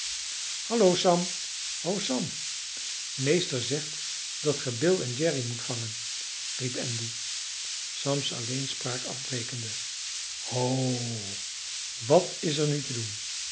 hallo sam o sam meester zegt dat ge bill en jerry moet vangen riep andy sam's alleenspraak afbrekende ho wat is er nu te doen